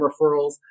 referrals